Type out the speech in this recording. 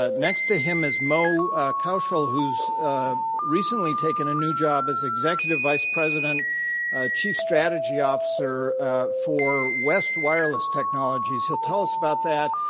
ah next to him is moe who's recently taken a new job as executive vice president chief strategy officer for west wireless technologies. he'll tell us about that,